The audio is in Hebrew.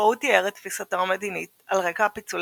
בו הוא תיאר את תפיסתו המדינית על רקע הפיצול